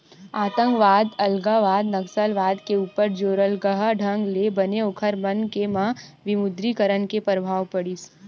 आंतकवाद, अलगावाद, नक्सलवाद के ऊपर जोरलगहा ढंग ले बने ओखर मन के म विमुद्रीकरन के परभाव पड़िस